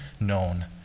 known